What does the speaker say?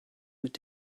mit